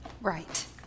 Right